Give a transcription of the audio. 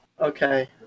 Okay